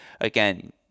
again